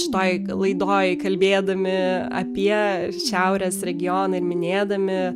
šitoj laidoj kalbėdami apie šiaurės regioną minėdami